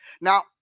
Now